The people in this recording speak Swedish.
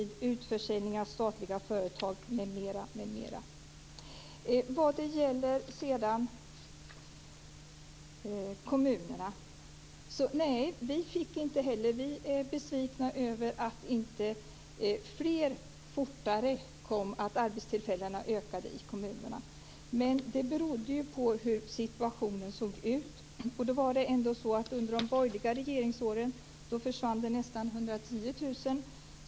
Det gäller utförsäljning av statliga företag m.m. Vi är besvikna över att antalet arbetstillfällen i kommunerna inte ökade fortare. Det berodde på hur situationen såg ut. Under de borgerliga regeringsåren försvann det nästan 110 000 arbetstillfällen.